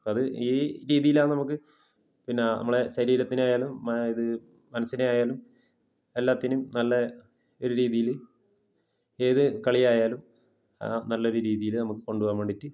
അപ്പോൾ അത് ഈ രീതിയിലാണ് നമുക്ക് പിന്നെ നമ്മളെ ശരീരത്തിനായാലും ഇത് മനസ്സിനായാലും എല്ലാത്തിനെയും നല്ല ഒരു രീതിയിൽ ഏത് കളി ആയാലും നല്ല ഒരു രീതിയിൽ നമുക്ക് കൊണ്ടുപോവാന് വേണ്ടിയിട്ട്